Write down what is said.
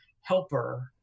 helper